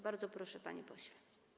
Bardzo proszę, panie pośle.